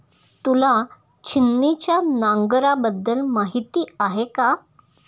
तुला छिन्नीच्या नांगराबद्दल माहिती आहे का?